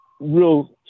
real